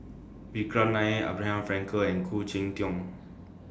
Vikram Nair Abraham Frankel and Khoo Cheng Tiong